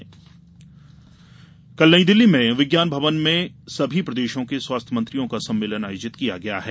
रूस्तम सिंह कल नई दिल्ली में विज्ञान भवन में सभी प्रदेशों के स्वास्थ्य मंत्रियों का सम्मेलन आयोजित किया गया है